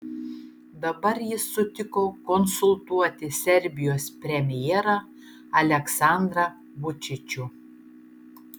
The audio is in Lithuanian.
dabar jis sutiko konsultuoti serbijos premjerą aleksandrą vučičių